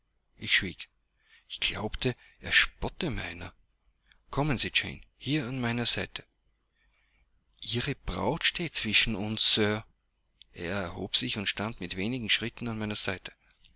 ich schwieg ich glaubte er spotte meiner kommen sie jane hier an meine seite ihre braut steht zwischen uns sir er erhob sich und stand mit wenigen schritten an meiner seite